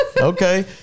Okay